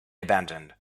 abandoned